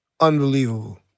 unbelievable